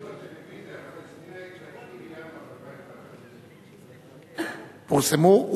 הם שודרו בטלוויזיה הפלסטינית ב-9 בינואר 2011. פורסמו,